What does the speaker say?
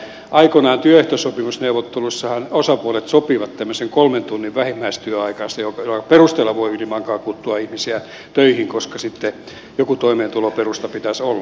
aikoinaan työehtosopimusneuvotteluissahan osapuolet sopivat tämmöisen kolmen tunnin vähimmäistyöajan jonka perusteella voi ylimalkaan kutsua ihmisiä töihin koska sitten joku toimeentuloperusta pitäisi olla